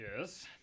Yes